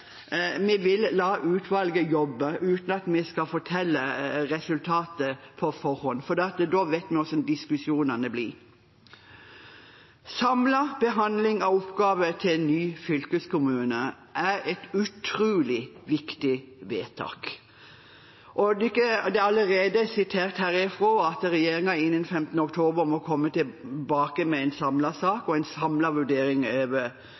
vi vil la utvalget jobbe uten at vi skal fortelle om resultatet på forhånd, for da vet vi hvordan diskusjonene blir. Forslaget om en samlet behandling av oppgavene til de nye fylkeskommunene er et utrolig viktig forslag til vedtak. Det er allerede blitt sitert fra talerstolen at «Stortinget ber regjeringen komme tilbake til Stortinget senest innen 15. oktober 2018 med en egen sak med samlet vurdering